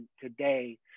today